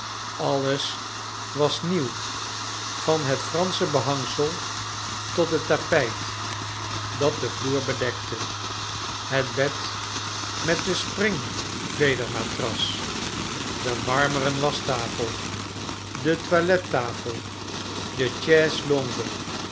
alles was nieuw van het fransche behangsel tot het tapijt dat den vloer bedekte het bed met de springvedermatras de marmeren waschtafel de toilettafel de